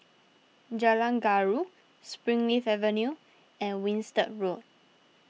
Jalan Gaharu Springleaf Avenue and Winstedt Road